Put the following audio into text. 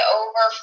over